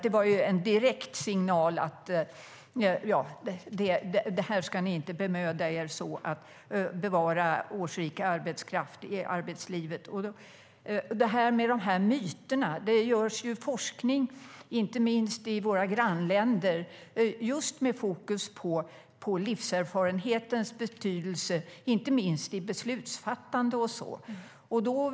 Det var en direkt signal om att man inte skulle bemöda sig om att bevara årsrik arbetskraft i arbetslivet. Jag återkommer till detta med myterna. Det görs ju forskning, inte minst i våra grannländer, med fokus på livserfarenhetens betydelse, inte minst i beslutsfattande och liknande.